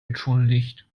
entschuldigt